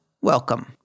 welcome